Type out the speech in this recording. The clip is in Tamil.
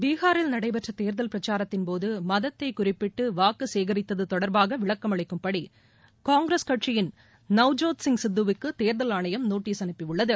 பீஹாரில் நடைபெற்ற தேர்தல் பிரச்சாரத்தின் போது மதத்தை குறிப்பிட்டு வாக்கு சேகரித்தது தொடர்பாக விளக்கம் அளிக்கும்படி காங்கிரஸ் கட்சியின் நவ்ஜோத்சிங் சித்துவிற்கு தேர்தல் ஆணையம் நோட்டீஸ் அனுப்பியுள்ளது